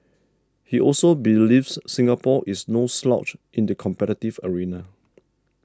he also believes Singapore is no slouch in the competitive arena